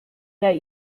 that